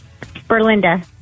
Berlinda